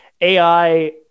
AI